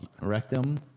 Rectum